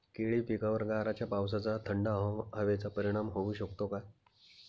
केळी पिकावर गाराच्या पावसाचा, थंड हवेचा परिणाम होऊ शकतो का?